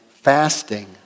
fasting